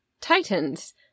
titans